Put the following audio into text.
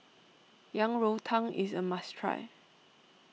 Yang Rou Tang is a must try